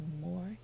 more